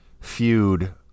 feud